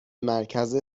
مرکز